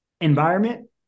environment